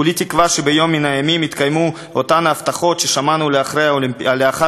כולי תקווה שביום מן הימים יתקיימו אותן ההבטחות ששמענו לאחר